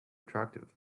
attractive